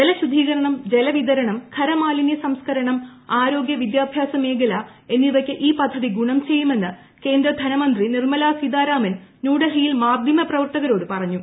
ജലശുദ്ധീകരണം ജലവിതരണം ഖരമാലിന്യ സംസ്കരണം ആരോഗ്യ വിദ്യാഭ്യാസ മേഖല എന്നിവയ്ക്ക് ഈ പദ്ധതി ഗുണം ചെയ്യുമെന്ന് കേന്ദ്ര ധനമന്ത്രി നിർമലാ സീതാരാമൻ ന്യൂഡൽഹിയിൽ മാധ്യമ പ്രവർത്തകരോട് പറഞ്ഞു